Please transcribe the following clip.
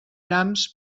grams